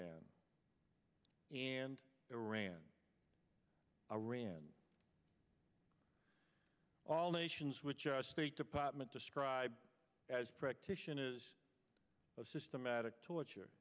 stan and iran iran all nations which our state department described as practitioners of systematic torture